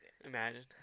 imagine